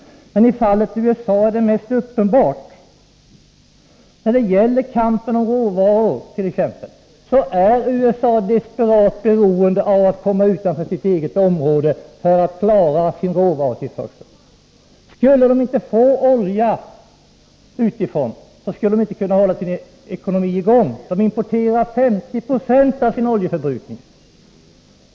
Men i fallet USA är det mest uppenbart. USA är desperat beroende av att komma utanför sitt eget område för att klara sin råvarutillförsel. Skulle USA inte få olja utifrån, kunde det inte hålla sin ekonomi i gång — det importerar 50 96 av sin oljeförbrukning.